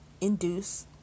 induce